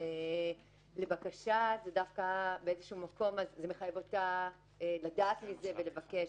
שלבקשה זה דווקא באיזשהו מקום מחייב אותה לדעת מזה ולבקש.